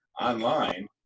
online